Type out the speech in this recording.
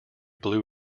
blue